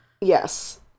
Yes